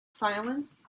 silence